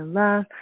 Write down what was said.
love